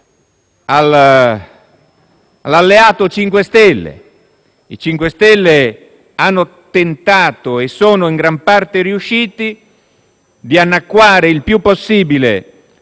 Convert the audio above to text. all'alleato 5 Stelle. I 5 Stelle hanno tentato - e vi sono in gran parte riusciti - di annacquare il più possibile